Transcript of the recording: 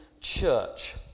church